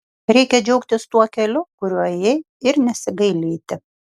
reikia džiaugtis tuo keliu kuriuo ėjai ir nesigailėti